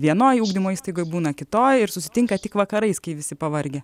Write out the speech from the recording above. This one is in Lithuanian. vienoj ugdymo įstaigoj būna kitoj ir susitinka tik vakarais kai visi pavargę